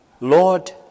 Lord